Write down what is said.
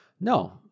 No